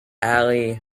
ali